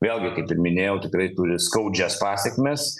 vėlgi kaip ir minėjau tikrai turi skaudžias pasekmes